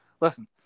listen